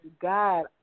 God